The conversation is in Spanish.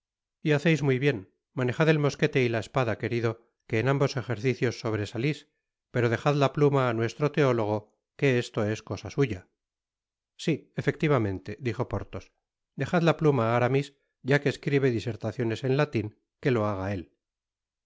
y haceis muy bien manejad et mosquete y la espada querido que en ambos ejercicios sobresalis pero dejad la pluma á nuestro teólogo que esto es cosa suya si efectivamente dijo porthos dejad la pluma á aramis ya que escribe disertaciones en latin que lo haga él